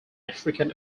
african